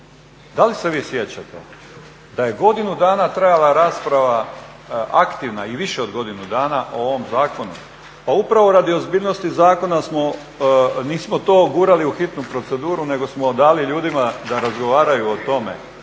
da li se vi sjećate da je godinu dana trajala rasprava, aktivna, i više od godinu dana, o ovom zakonu? Pa upravo radi ozbiljnosti zakona nismo to gurali u hitnu proceduru, nego smo dali ljudima da razgovaraju o tome